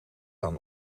aan